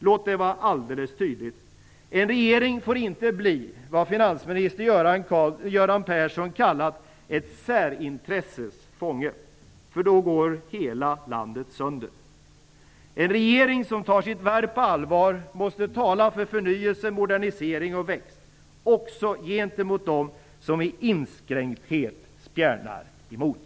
Låt det vara alldeles tydligt: En regering får inte bli vad finansminister Göran Persson kallat ett särintresses fånge, för då går hela landet sönder. En regering som tar sitt värv på allvar måste tala för förnyelse, modernisering och växt också gentemot dem som i inskränkthet spjärnar emot.